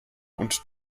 und